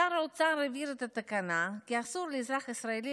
שר האוצר העביר את התקנה כי אסור לאזרח הישראלי